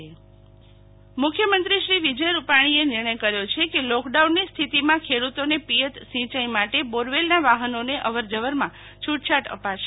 શીતલ વૈશ્નવ અશ્વીની કુમાર મુખ્યમંત્રી શ્રી વિજય રૂપાણી નિર્ણય કર્યો છે કે લોકડાઉનની સ્થીતિમાં ખેડૂતોને પિયત સિંચાઈ માટે બોરવેલના વાહનોને અવરજવરમાં છૂટછાટ અપાશે